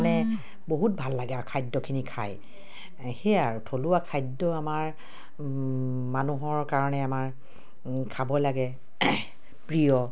মানে বহুত ভাল লাগে আৰু খাদ্যখিনি খায় সেয়াই আৰু থলুৱা খাদ্য আমাৰ মানুহৰ কাৰণে আমাৰ খাব লাগে প্ৰিয়